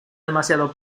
demasiado